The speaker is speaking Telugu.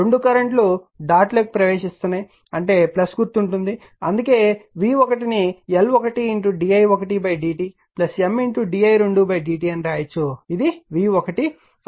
రెండు కరెంట్ లు డాట్ లోకి ప్రవేశిస్తున్నాయి అంటే గుర్తు ఉంటుంది అందుకే v1 ను L1di1dtM di2dtఅని వ్రాయవచ్చు ఇది v1 అవుతుంది